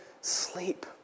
sleep